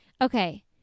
Okay